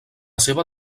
seva